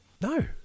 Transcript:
No